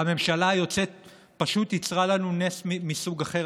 הממשלה היוצאת פשוט יצרה לנו נס מסוג אחר,